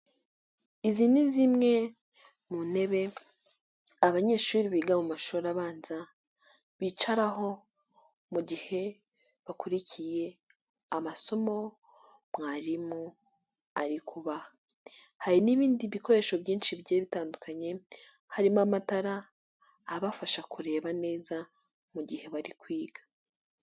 Izi ni zimwe mu ntebe abanyeshuri biga mu mashuri abanza bicaraho mu gihe bakurikiye amasomo mwarimu ariku hari kubaha. Hari n'ibindi bikoresho byinshi bitandukanye, harimo amatara, abafasha kureba neza mu gihe bari kwiga.